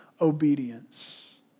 obedience